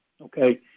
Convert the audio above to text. okay